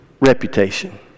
reputation